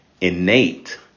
innate